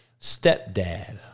stepdad